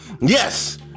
Yes